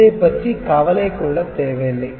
இதைப் பற்றி கவலை கொள்ள தேவையில்லை